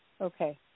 Okay